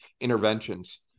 interventions